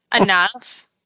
enough